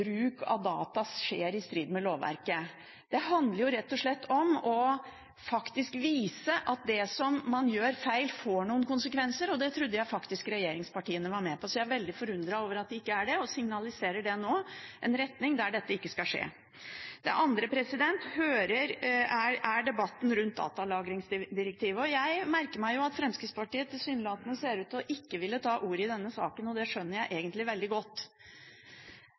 bruk av data skjer i strid med lovverket. Det handler rett og slett om faktisk å vise at det man gjør feil, får noen konsekvenser. Det trodde jeg faktisk at regjeringspartiene var med på. Jeg er veldig forundret over at de ikke er det, og jeg signaliserer dette nå. Det andre er debatten rundt datalagringsdirektivet. Jeg merker meg at Fremskrittspartiet – tilsynelatende – ikke vil ta ordet i denne saken, og det skjønner jeg egentlig veldig godt,